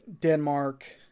Denmark